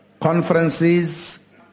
conferences